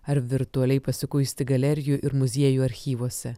ar virtualiai pasikuisti galerijų ir muziejų archyvuose